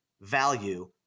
value